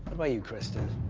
you, kristen?